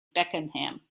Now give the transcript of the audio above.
beckenham